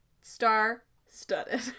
Star-studded